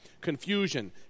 Confusion